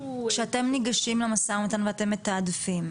--- כשאתם ניגשים למשא ומתן ואתם מתעדפים,